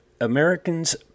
Americans